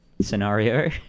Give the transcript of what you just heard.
scenario